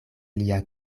lia